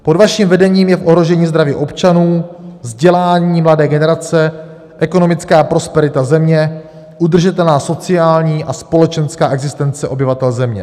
Pod vaším vedením je v ohrožení zdraví občanů, vzdělání mladé generace, ekonomická prosperita země, udržitelná sociální a společenská existence obyvatel země.